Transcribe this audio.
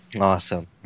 Awesome